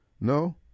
No